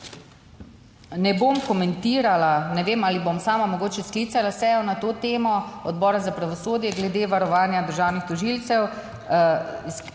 Ne bom komentirala, ne vem ali bom sama mogoče sklicala sejo na to temo, Odbora za pravosodje glede varovanja državnih tožilcev,